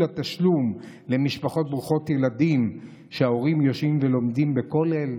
התשלום למשפחות ברוכות ילדים שבהן ההורים יושבים ולומדים בכולל,